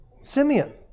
Simeon